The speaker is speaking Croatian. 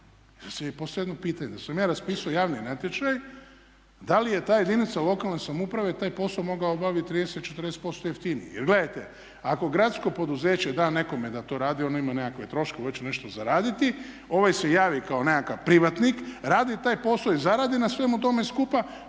postavljate jedno pitanje? Da sam ja raspisao javni natječaj da li je ta jedinica lokalne samouprave taj posao mogla obaviti 30, 40% jeftinije? Jer gledajte, ako gradsko poduzeće da nekome da to radi ono ima nekakve troškove, već će nešto zaraditi. Ovaj se javi kao nekakav privatnik, radi taj posao i zaradi na svemu tome skupa.